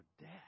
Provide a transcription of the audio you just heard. death